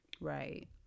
Right